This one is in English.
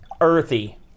earthy